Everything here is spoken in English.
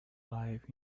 life